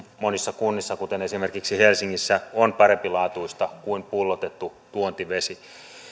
monissa kunnissa kuten esimerkiksi helsingissä on parempilaatuista kuin pullotettu tuontivesi